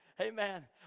amen